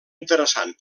interessant